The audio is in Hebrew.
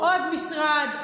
עוד משרד,